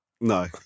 No